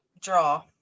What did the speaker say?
draw